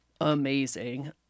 amazing